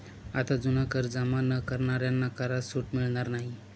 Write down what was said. आता जुना कर जमा न करणाऱ्यांना करात सूट मिळणार नाही